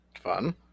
Fun